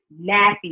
nappy